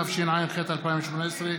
התשע"ח 2018,